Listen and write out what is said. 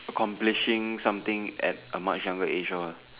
accomplishing something at a much younger age